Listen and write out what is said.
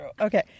Okay